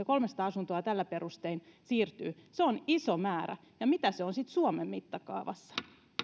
kolmesataa asuntoa näillä perustein siirtyy se on iso määrä ja mitä se on sitten suomen mittakaavassa